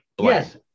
Yes